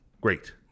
Great